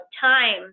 time